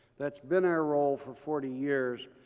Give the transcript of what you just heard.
that's been our role for forty years.